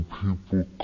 people